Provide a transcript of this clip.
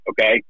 okay